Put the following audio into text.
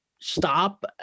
stop